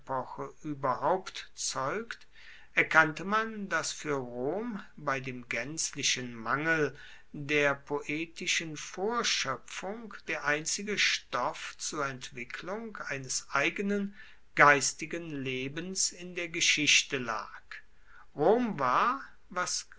epoche ueberhaupt zeugt erkannte man dass fuer rom bei dem gaenzlichen mangel der poetischen vorschoepfung der einzige stoff zur entwicklung eines eigenen geistigen lebens in der geschichte lag rom war was